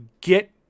get